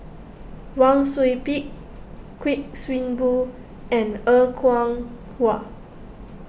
Wang Sui Pick Kuik Swee Boon and Er Kwong Wah